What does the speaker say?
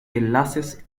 enlaces